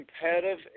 competitive